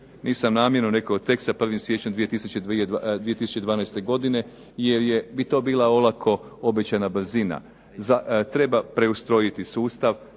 Nisam namjerno rekao, tek sa 1. siječnjem 2012. godine, jer je bi to bila olako obećana brzina. Treba preustrojiti sustav